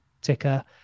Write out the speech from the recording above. ticker